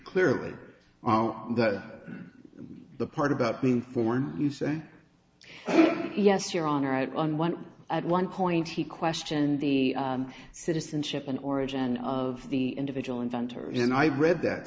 clearly that the part about being foreign you say yes your honor on one at one point he questioned the citizenship and origin of the individual inventors and i read that